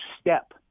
step